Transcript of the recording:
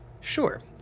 Sure